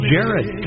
Jared